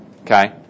Okay